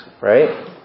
right